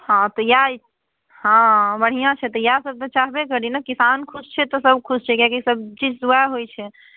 हँ तऽ इएह हँ बढ़िआँ छै तऽ इएह सब तऽ चाहबे करी ने किसान खुश छै तऽ सब खुश छै किएकि सब चीज तऽ ओएह होइत छै